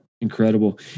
Incredible